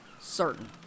Certain